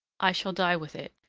i shall die with it,